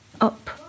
up